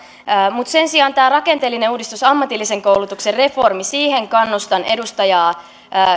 mutta sen sijaan tähän rakenteelliseen uudistukseen ammatillisen koulutuksen reformiin kannustan edustajaa